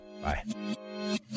Bye